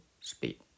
speed